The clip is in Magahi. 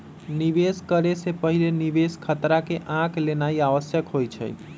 निवेश करे से पहिले निवेश खतरा के आँक लेनाइ आवश्यक होइ छइ